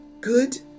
good